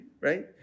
right